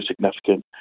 significant